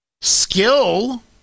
Skill